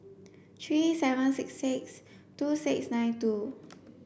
three seven six six two six nine two